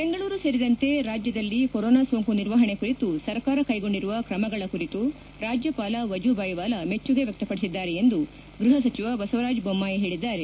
ಬೆಂಗಳೂರು ಸೇರಿದಂತೆ ರಾಜ್ಯದಲ್ಲಿ ಕೊರೋನಾ ಸೋಂಕು ನಿರ್ವಹಣೆ ಕುರಿತು ಸರ್ಕಾರ ಕೈಗೊಂಡಿರುವ ಕ್ರಮಗಳ ಕುರಿತು ರಾಜ್ಯಪಾಲ ವಜೂಬಾಯಿ ವಾಲಾ ಮೆಚ್ಚುಗೆ ವ್ಯಕ್ತಪಡಿಸಿದ್ದಾರೆ ಎಂದು ಗೃಹ ಸಚಿವ ಬಸವರಾಜ ಬೊಮ್ಮಾಯಿ ಹೇಳಿದ್ದಾರೆ